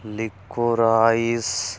ਲਿਖੋ ਰਾਈਸ